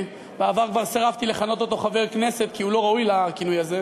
שבעבר כבר סירבתי לכנות אותו "חבר כנסת" כי הוא לא ראוי לכינוי הזה.